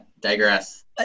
digress